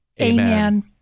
Amen